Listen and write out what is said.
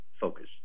focus